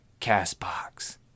CastBox